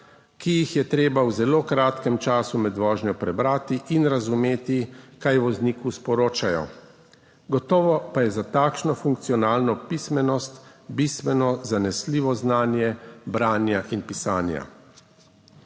ki jih je treba v zelo kratkem času med vožnjo prebrati in razumeti, kaj vozniku sporočajo. Gotovo pa je za takšno funkcionalno pismenost bistveno zanesljivo znanje branja in pisanja.